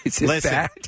Listen